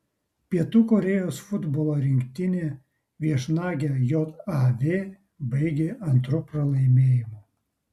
pietų korėjos futbolo rinktinė viešnagę jav baigė antru pralaimėjimu